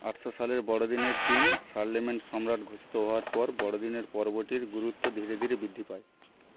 আটশো সালের বড়দিনের দিন শার্লেমেন সম্রাট ঘোষিত হওয়ার পর বড়দিনের পর্বটির গুরুত্ব ধীরে ধীরে বৃদ্ধি পায়